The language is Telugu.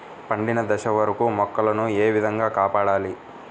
పండిన దశ వరకు మొక్కల ను ఏ విధంగా కాపాడాలి?